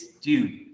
dude